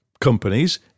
companies